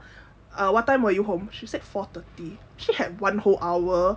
what time were you home she said four thirty she had one whole hour